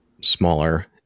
smaller